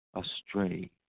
astray